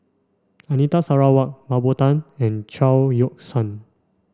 Anita Sarawak Mah Bow Tan and Chao Yoke San